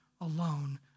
alone